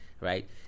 right